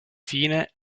fine